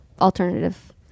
alternative